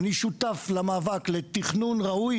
אני שותף למאבק לתכנון ראוי,